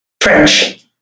French